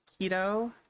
keto